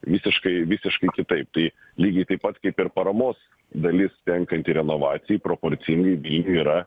visiškai visiškai kitaip tai lygiai taip pat kaip ir paramos dalis tenkanti renovacijai proporcingai vilniui yra